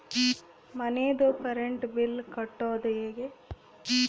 ಮನಿದು current bill ಕಟ್ಟೊದು ಹೇಗೆ?